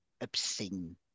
obscene